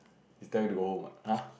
it's tell you to go home what [huh]